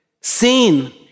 Seen